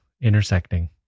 intersecting